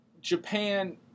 Japan